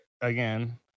Again